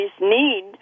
need